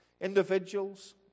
individuals